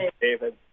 David